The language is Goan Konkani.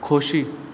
खोशी